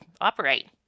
operate